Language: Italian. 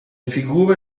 figure